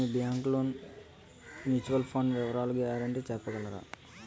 మీ bank లోని mutual fund వివరాల guarantee చెప్పగలరా?